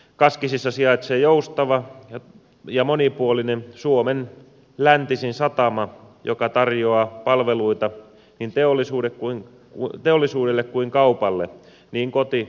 kaskisissa sijaitsee joustava ja monipuolinen suomen läntisin satama joka tarjoaa palveluita niin teollisuudelle kuin kaupallekin niin kotimaassa kuin ulkomaillakin